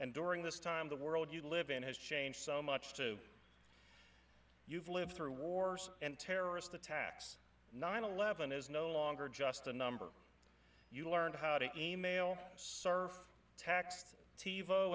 and during this time the world you live in has changed so much to you've lived through wars and terrorist attacks nine eleven is no longer just a number you learned how to email or text t